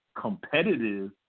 competitive